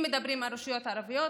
אם מדברים על רשויות ערביות,